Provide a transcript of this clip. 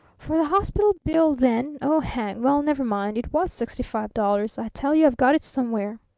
for the hospital bill then oh, hang! well, never mind. it was sixty-five dollars. i tell you i've got it somewhere.